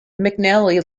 mcnally